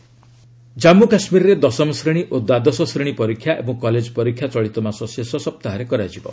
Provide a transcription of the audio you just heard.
JK exam Jammu କାଶ୍କୀରରେ ଦଶମ ଶ୍ରେଣୀ ଓ ଦ୍ୱାଦଶ ଶ୍ରେଣୀ ପରୀକ୍ଷା ଏବଂ କଲେଜ ପରୀକ୍ଷା ଚଳିତ ମାସ ଶେଷ ସପ୍ତାହରେ କରାଯିବ